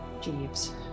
Jeeves